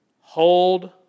Hold